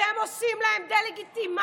אתם עושים להם דה-לגיטימציה,